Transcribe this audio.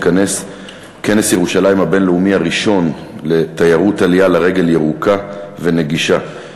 מתכנס כנס ירושלים הבין-לאומי הראשון לתיירות עלייה לרגל ירוקה ונגישה,